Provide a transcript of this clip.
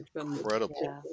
Incredible